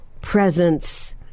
presence